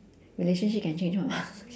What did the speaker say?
relationship can change [one]